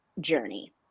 journey